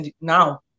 now